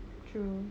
true